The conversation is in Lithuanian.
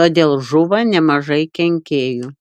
todėl žūva nemažai kenkėjų